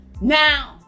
Now